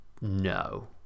no